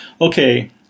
okay